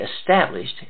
established